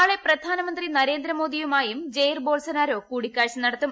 നാളെ പ്രധാനമന്ത്രി നരേന്ദ്ര മോദിയുമായും ജയിർ ബോൾസനാരോ കൂടിക്കാഴ്ച നടത്തും